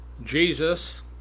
Jesus